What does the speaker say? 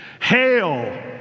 hail